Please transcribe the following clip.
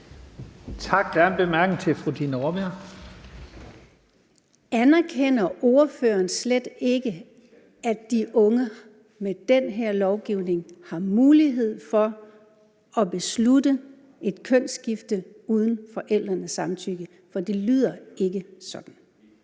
Raabjerg. Kl. 11:29 Dina Raabjerg (KF): Anerkender ordføreren slet ikke, at de unge med den her lovgivning har mulighed for at beslutte et kønsskifte uden forældrenes samtykke? For det lyder ikke sådan.